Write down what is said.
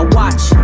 watch